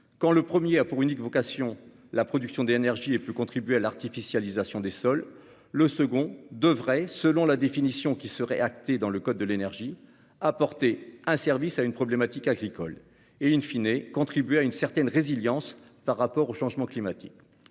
Quand le premier a pour unique vocation la production d'énergie et peut contribuer à l'artificialisation des sols, le second devrait, selon la définition qui serait actée dans le code de l'énergie, apporter un service à une problématique agricole et contribuer à une certaine résilience vis-à-vis du changement climatique,